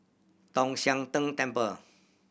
Tong Sian Tng Temple